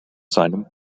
seinem